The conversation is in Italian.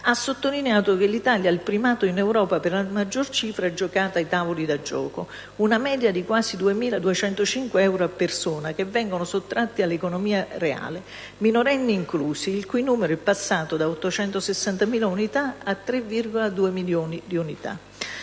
ha affermato: «L'Italia ha il primato, in Europa, per la maggior cifra giocata ai tavoli da gioco: una media di quasi 2.205 euro a persona, che vengono sottratti all'economia reale, minorenni inclusi, il cui numero è passato da 860.000 unità a 3,2 milioni».